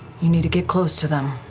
you need to get close to them.